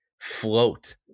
float